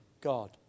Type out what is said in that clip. God